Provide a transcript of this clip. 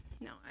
no